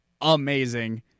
amazing